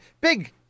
Big